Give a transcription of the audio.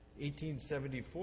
1874